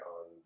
on